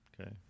Okay